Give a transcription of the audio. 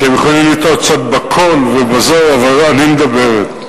אתם יכולים לטעות קצת בקול, אבל אני "מדברת".